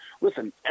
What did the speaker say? Listen